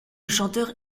chanteur